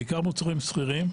בעיקר מוצרים סחירים.